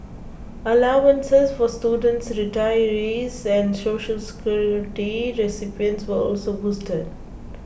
allowances for students retirees and Social Security recipients were also boosted